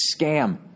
scam